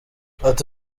ati